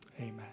Amen